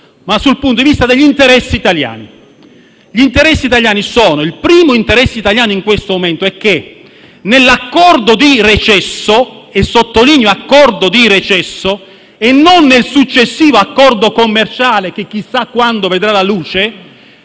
ma dal punto di vista degli interessi italiani. In questo momento il primo interesse italiano è che nell'accordo di recesso - e sottolineo accordo di recesso - e non nel successivo accordo commerciale che chissà quando vedrà la luce,